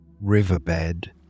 riverbed